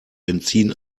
benzin